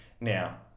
now